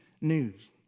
news